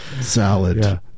Salad